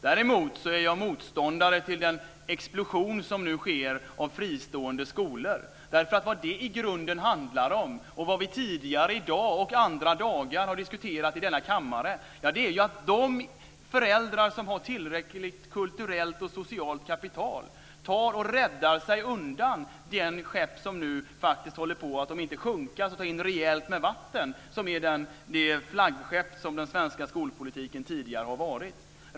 Däremot är jag motståndare till den explosion som nu sker av fristående skolor. Vad det i grunden handlar om och vad vi tidigare i dag och andra dagar har diskuterat i denna kammare är att de föräldrar som har tillräckligt kulturellt och socialt kapital räddar sig undan från det skepp som nu håller på att, om inte sjunka så i alla fall ta in rejält med vatten, det flaggskepp som den svenska skolpolitiken tidigare har varit.